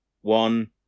one